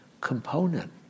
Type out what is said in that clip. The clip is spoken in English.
component